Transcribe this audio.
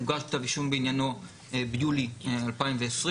הוגש כתב אישום בעניינו ביולי 2020,